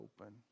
open